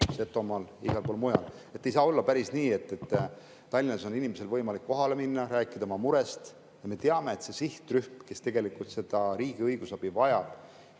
Setomaal, igal pool mujal. Ei saa olla päris nii, et Tallinnas on inimesel võimalik kohale minna, rääkida oma murest, aga see sihtrühm, kes tegelikult riigi õigusabi vajab